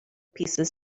pieces